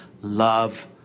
Love